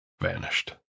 Vanished